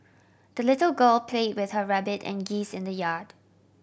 the little girl play with her rabbit and geese in the yard